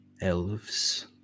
elves